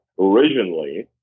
originally